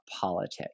politics